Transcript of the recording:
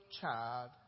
child